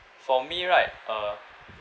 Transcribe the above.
for me right uh